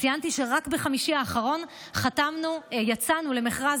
ציינתי שרק ביום חמישי האחרון יצאנו למכרז